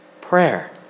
prayer